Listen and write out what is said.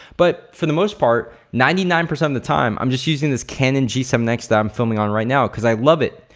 but for the most part, ninety nine percent of the time i'm just using this canon g seven x that i'm filming on right now cause i love it.